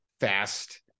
fast